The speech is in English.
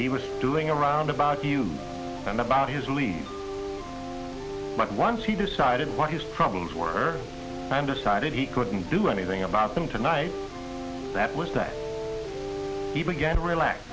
he was doing around about you and about his lead but once he decided what his problems were and decided he couldn't do anything about them tonight that was that he began to relax